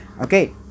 okay